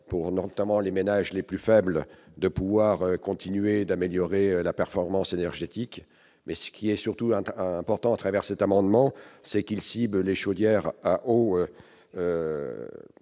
pour notamment les ménages les plus faibles de pouvoir continuer d'améliorer la performance énergétique mais ce qui est surtout un temps important à travers cet amendement, c'est qu'il cible les chaudières à eau